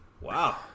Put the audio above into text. Wow